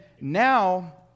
now